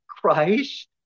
Christ